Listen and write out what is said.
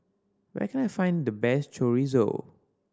where can I find the best Chorizo